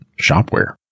shopware